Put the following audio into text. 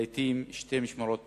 לעתים שתי משמרות ביום,